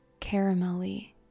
caramelly